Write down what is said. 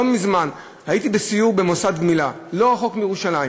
לא מזמן הייתי בסיור במוסד גמילה לא רחוק מירושלים.